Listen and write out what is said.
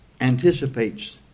anticipates